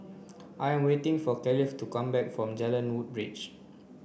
I waiting for Kaleigh to come back from Jalan Woodbridge